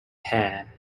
hair